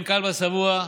כלבא שבוע,